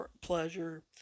pleasure